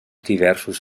diversos